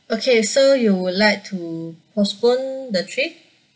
okay so you would like to postpone the trip